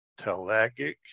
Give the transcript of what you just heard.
Telagic